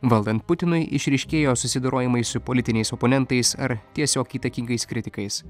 valdant putinui išryškėjo susidorojimai su politiniais oponentais ar tiesiog įtakingais kritikais